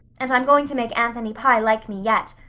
and i'm going to make anthony pye like me yet.